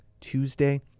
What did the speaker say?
Tuesday